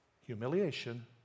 humiliation